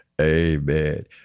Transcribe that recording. Amen